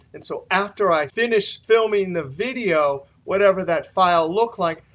and so after i finish filming the video, whatever that file look like,